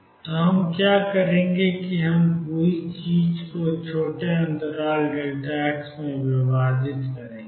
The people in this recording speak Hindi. तो हम क्या करेंगे कि हम इस पूरी चीज़ को छोटे अंतराल x में विभाजित करेंगे